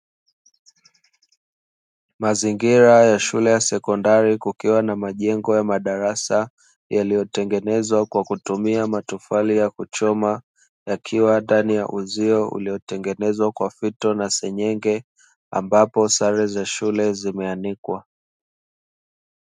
Mazingira ya shule ya sekondari, kukiwa na majengo ya madarasa, yaliyotengenezwa kwa kutumia matofali ya kuchoma, yakiwa ndani ya uzio uliotengenezwa kwa fito na seng'enge, ambapo sare za shule zimeanikwa.